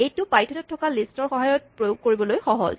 এইটো পাইথনত থকা লিষ্টৰ সহায়ত প্ৰয়োগ কৰিবলৈ সহজ